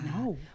no